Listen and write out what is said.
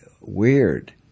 weird